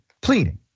pleading